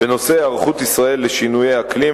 בנושא היערכות ישראל לשינויי אקלים,